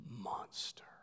monster